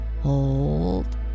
hold